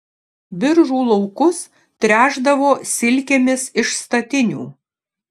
biržų laukus tręšdavo silkėmis iš statinių